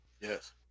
Yes